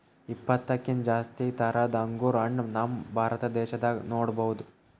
ಇಪ್ಪತ್ತಕ್ಕಿಂತ್ ಜಾಸ್ತಿ ಥರದ್ ಅಂಗುರ್ ಹಣ್ಣ್ ನಮ್ ಭಾರತ ದೇಶದಾಗ್ ನೋಡ್ಬಹುದ್